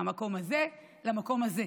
מהמקום הזה למקום הזה.